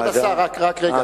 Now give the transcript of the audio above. שהוועדה, כבוד השר, רק רגע.